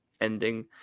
ending